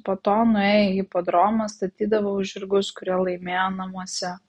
po to nuėję į hipodromą statydavo už žirgus kurie laimėjo namuose